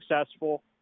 successful